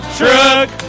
truck